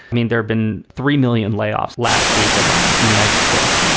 i mean, there've been three million layoffs last week alone in the united states. yeah